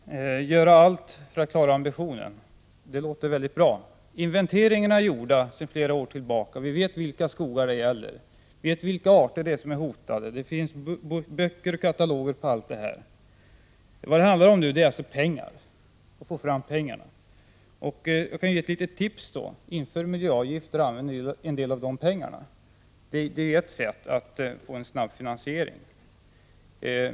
Herr talman! Göra allt för att klara ambitionen — det låter mycket bra. Inventeringarna är gjorda sedan flera år tillbaka. Vi vet vilka skogar det gäller, vi vet vilka arter som är hotade. Det finns böcker och kataloger om allt detta. Vad det nu handlar om är alltså att få fram pengarna. Jag kan då ge ett litet tips: Inför miljöavgifter och använd en del av de pengarna! Det är ett sätt att få en snabb finansiering.